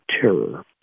terror